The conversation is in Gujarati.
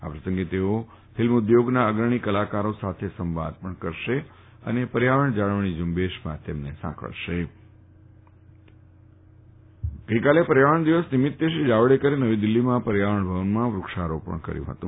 આ પ્રસંગે તેઓ ફિલ્મ ઉદ્યોગના અગ્રણી કલાકારો સાથે સંવાદ કરશે અને તેમને પર્યાવરણ જાળવણી ઝુંબેશમાં સાંકળશે ગઈકાલે પર્યાવરણ દિવસ નિમિત્તે શ્રી જાવડેકરે નવી દિલ્ફીમાં પર્યાવરણ ભવનમાં વૃક્ષારોપણ કર્યું ફતું